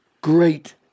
great